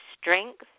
strength